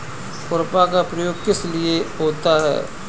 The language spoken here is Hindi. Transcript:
खुरपा का प्रयोग किस लिए होता है?